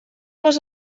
les